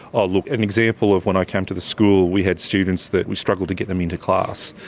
ah look, an example of when i came to the school, we had students that we struggled to get them into class.